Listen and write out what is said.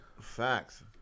Facts